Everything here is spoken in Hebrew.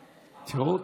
יותר,